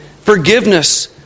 forgiveness